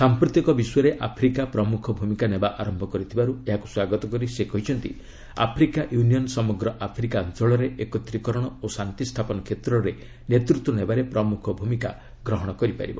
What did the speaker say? ସାଫ୍ରତିକ ବିଶ୍ୱରେ ଆଫ୍ରିକା ପ୍ରମୁଖ ଭୂମିକା ନେବା ଆରମ୍ଭ କରିଥିବାରୁ ଏହାକୁ ସ୍ୱାଗତ କରି ସେ କହିଛନ୍ତି ଆଫ୍ରିକା ୟୁନିୟନ୍ ସମଗ୍ର ଆଫ୍ରିକା ଅଞ୍ଚଳରେ ଏକତ୍ରୀକରଣ ଓ ଶାନ୍ତିସ୍ଥାପନ କ୍ଷେତ୍ରରେ ନେତୃତ୍ୱ ନେବାରେ ପ୍ରମୁଖ ଭୂମିକା ଗ୍ରହଣ କରିପାରିବ